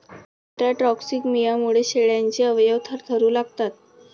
इंट्राटॉक्सिमियामुळे शेळ्यांचे अवयव थरथरू लागतात